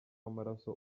w’amaraso